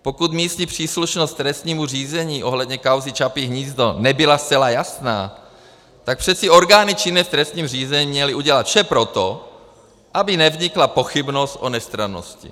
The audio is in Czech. Pokud místní příslušnost k trestnímu řízení ohledně kauzy Čapí hnízdo nebyla zcela jasná, tak přece orgány činné v trestním řízení měly udělat vše pro to, aby nevznikla pochybnost o nestrannosti.